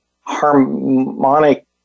harmonic